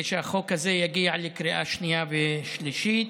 שהחוק הזה יגיע לקריאה שנייה ושלישית.